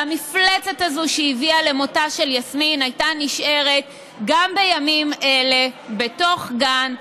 והמפלצת הזו שהביאה למותה של יסמין הייתה נשארת גם בימים אלה בתוך גן,